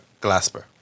Glasper